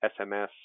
SMS